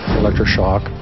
electroshock